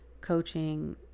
coaching